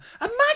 Imagine